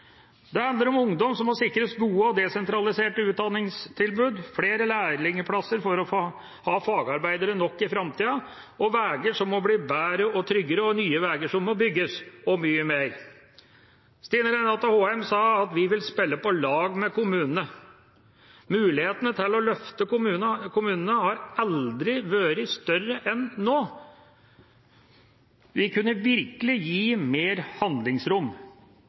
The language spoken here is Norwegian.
Det handler om ungdom som må sikres gode og desentraliserte utdanningstilbud, flere lærlingplasser for å ha fagarbeidere nok i framtida, veger som må bli bedre og tryggere, nye veger som må bygges, og mye mer. Stine Renate Håheim sa: «Vi vil spille på lag med kommunene.» Muligheten til å løfte kommunene har aldri vært større enn nå. Vi kunne virkelig gitt dem mer handlingsrom.